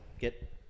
get